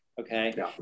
okay